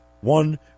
one